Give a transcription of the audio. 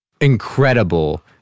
incredible